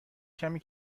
کمی